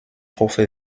hoffe